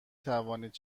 توانید